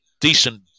decent